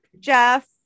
jeff